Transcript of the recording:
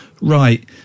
Right